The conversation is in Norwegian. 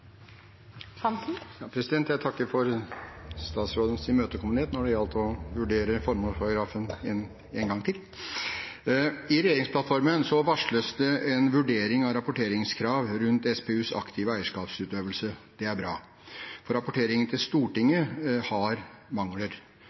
statsrådens imøtekommenhet når det gjaldt å vurdere formålsparagrafen en gang til. I regjeringsplattformen varsles det en vurdering av rapporteringskrav rundt SPUs aktive eierskapsutøvelse. Det er bra, for rapporteringen til Stortinget har mangler.